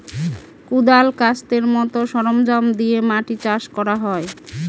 কোঁদাল, কাস্তের মতো সরঞ্জাম দিয়ে মাটি চাষ করা হয়